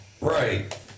right